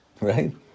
Right